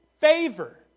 favor